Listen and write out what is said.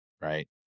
Right